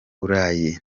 batari